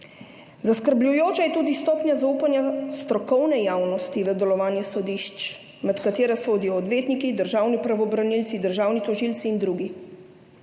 Zaskrbljujoča je tudi stopnja zaupanja strokovne javnosti v delovanje sodišč, med katero sodijo odvetniki, državni pravobranilci, državni tožilci in drugi,